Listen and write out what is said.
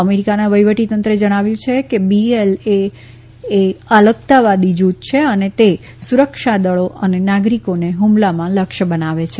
અમેરિકાના વહીવટી તંત્રે જણાવ્યું કે બીએલએ એ અલગતાવાદી જુથ છે અને તે સુરક્ષાદળો અને નાગરીકોને હુમલામાં લક્ષ બનાવે છે